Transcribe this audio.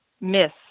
miss